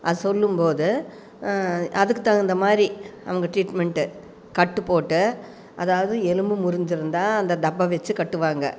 அது சொல்லும்போது அதுக்கு தகுந்தமாதிரி அவங்க டிரீட்மென்ட்டு கட்டு போட்டு அதாவது எலும்பு முறிஞ்சுருந்தா அந்த தப்பை வச்சு கட்டுவாங்க